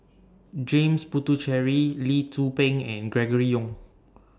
James Puthucheary Lee Tzu Pheng and Gregory Yong